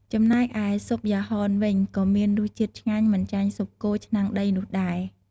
ចំំណែកឯស៊ុបយ៉ាហនវិញក៏មានរសជាតិឆ្ងាញ់មិនចាញ់ស៊ុបគោឆ្នាំងដីនោះដែរ។